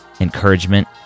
encouragement